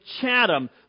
Chatham